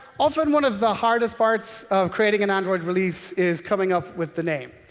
often one of the hardest parts of creating an android release is coming up with the name.